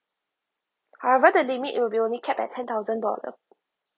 however the limit it will be only capped at ten thousand dollar